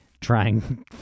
Trying